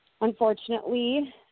Unfortunately